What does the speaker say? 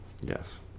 Yes